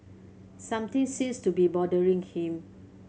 something seems to be bothering him